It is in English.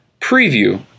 preview